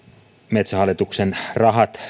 metsähallituksen rahat